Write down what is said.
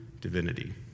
divinity